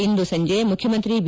ಇಂದು ಸಂಜೆ ಮುಖ್ಜಮಂತ್ರಿ ಬಿ